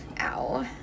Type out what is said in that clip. Ow